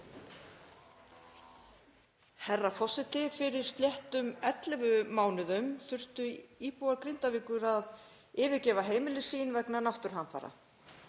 Herra forseti. Fyrir sléttum 11 mánuðum þurftu íbúar Grindavíkur að yfirgefa heimili sín vegna náttúruhamfara.